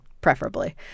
preferably